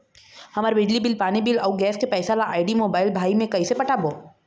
हमर बिजली बिल, पानी बिल, अऊ गैस के पैसा ला आईडी, मोबाइल, भाई मे कइसे पटाबो?